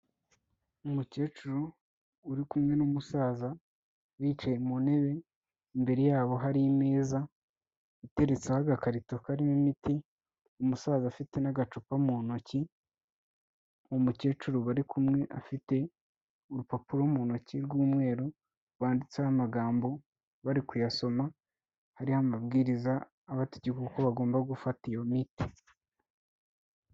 Umukecuru uri kumwe n'umusaza bicaye mu ntebe, imbere yabo hari imeza iteretseho agakarito karimo imiti, umusaza afite n'agacupa mu ntoki, umukecuru bari kumwe afite urupapuro mu ntoki rw'umweru banditseho amagambo bari kuyasoma, hariho amabwiriza abategeka uko bagomba gufata iyo miti.